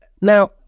Now